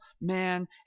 man